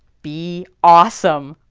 be awesome!